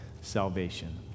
salvation